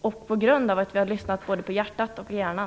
Den måste stoppas, eftersom vi lyssnar på både hjärtat och hjärnan!